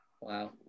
Wow